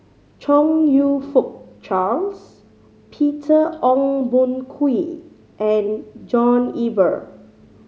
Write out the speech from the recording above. Chong You Fook Charles Peter Ong Boon Kwee and John Eber